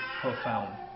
profound